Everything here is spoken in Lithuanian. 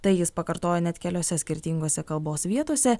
tai jis pakartojo net keliose skirtingose kalbos vietose